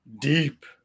deep